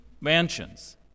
mansions